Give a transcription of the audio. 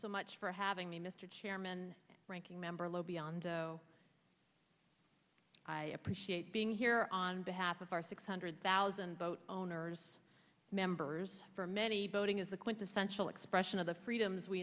so much for having mr chairman ranking member low beyond i appreciate being here on behalf of our six hundred thousand boat owners members for many boating is the quintessential expression of the freedoms we